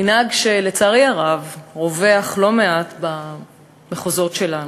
מנהג שלצערי הרב רווח לא מעט במחוזות שלנו.